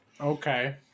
Okay